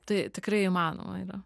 tai tikrai įmanoma yra